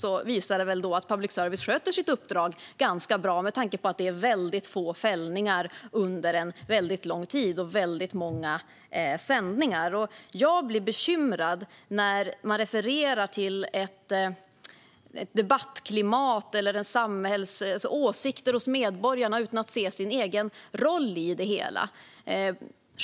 Det visar väl att public service sköter sitt uppdrag bra med tanke på att det under lång tid har varit få fällningar och många sändningar. Jag blir bekymrad när man refererar till ett debattklimat eller åsikter hos medborgarna utan att se sin egen roll i det hela.